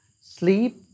sleep